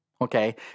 okay